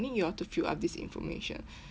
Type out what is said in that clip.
need you all to fill up this information